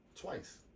twice